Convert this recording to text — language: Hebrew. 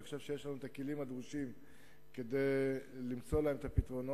אני חושב שיש לנו הכלים הדרושים כדי למצוא להם את הפתרונות,